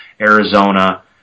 Arizona